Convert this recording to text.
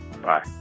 Bye